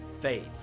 faith